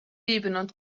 viibinud